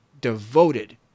devoted